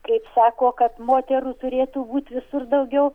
kaip sako kad moterų turėtų būt visur daugiau